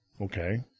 okay